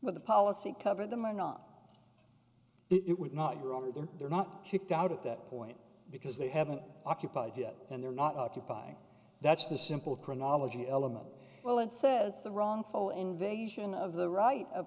but the policy cover them or not it would not grow over there they're not picked out at that point because they haven't occupied yet and they're not occupying that's the simple chronology element well it says the wrongful invasion of the right